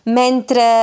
mentre